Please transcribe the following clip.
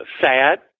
sad